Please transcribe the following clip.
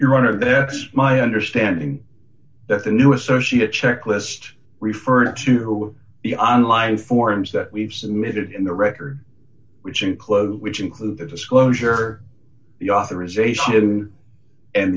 there my understanding that the new associate checklist referred to the on line forms that we've submitted in the record which include which include the disclosure the authorization and